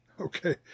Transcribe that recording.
Okay